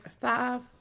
five